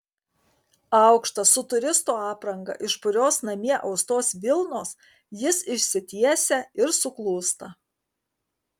aukštas su turisto apranga iš purios namie austos vilnos jis išsitiesia ir suklūsta